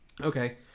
Okay